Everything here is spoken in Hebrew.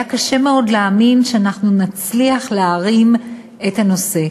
היה קשה מאוד להאמין שאנחנו נצליח להרים את הנושא.